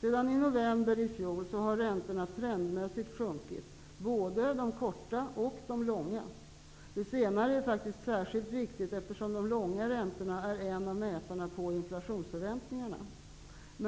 Sedan i november i fjol har räntorna trendmässigt sjunkit -- både de korta och de långa. Det senare är faktiskt särskilt viktigt, eftersom de långa räntorna är en av mätarna på inflationsförväntningarna.